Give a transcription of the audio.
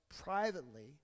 privately